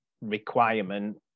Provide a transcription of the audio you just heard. requirement